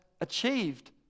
achieved